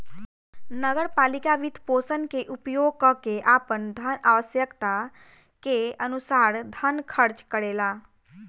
नगर पालिका वित्तपोषण के उपयोग क के आपन आवश्यकता के अनुसार धन खर्च करेला